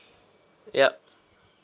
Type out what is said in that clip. yup